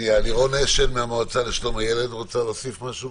לירון אשל מהמועצה לשלום הילד רוצה להוסיף משהו.